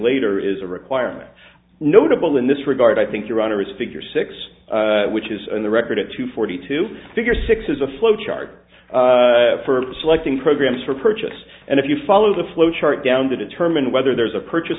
later is a requirement notable in this regard i think your honor is a figure six which is on the record at two forty two figure six is a flow chart for selecting programs for purchase and if you follow the flow chart down to determine whether there is a purchas